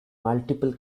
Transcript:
multiple